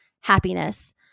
happiness